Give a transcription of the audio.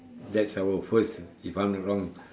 that's our first if I'm not wrong